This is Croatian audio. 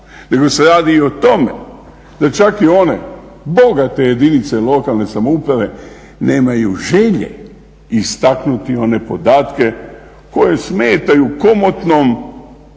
nego se radi i o tome da čak i one bogate jedinice lokalne samouprave nemaju želje istaknuti one podatke koje smetaju komotnom